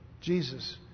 Jesus